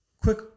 quick